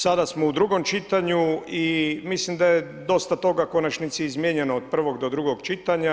Sada smo u drugom čitanju i mislim da je dosta toga u konačnici izmijenjeno od prvog do drugog čitanja.